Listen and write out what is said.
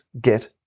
get